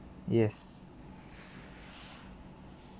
yes